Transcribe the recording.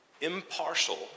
impartial